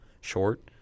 short